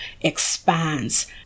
expands